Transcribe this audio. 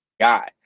guy